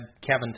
Kevin